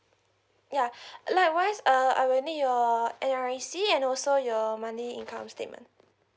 ya likewise uh I will need your N_R_I_C and also your monthly income statement